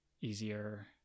easier